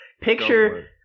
Picture